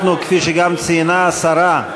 אנחנו, כפי שגם ציינה השרה,